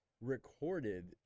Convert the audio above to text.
recorded